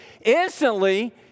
instantly